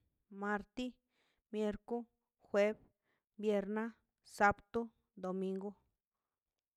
Marti miercu juev vierne sabadu domingu